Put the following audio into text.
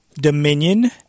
Dominion